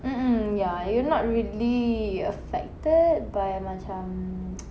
mm mm ya you're not really affected by macam